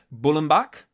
Bullenbach